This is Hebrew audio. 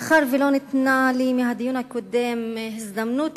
מאחר שבדיון הקודם לא ניתנה לי הזדמנות